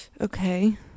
Okay